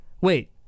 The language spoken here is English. Wait